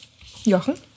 Jochen